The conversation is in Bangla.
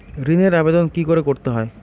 ঋণের আবেদন কি করে করতে হয়?